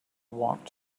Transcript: walked